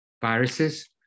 viruses